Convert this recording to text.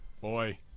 Boy